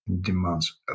demands